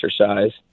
exercise